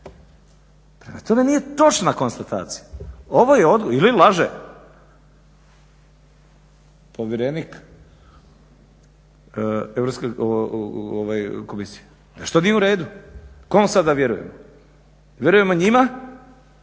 Prema tome, nije točna konstatacija. Ili laže povjerenik Europske komisije. Nešto nije u redu. Kome sad da vjerujemo? Vjerujemo njima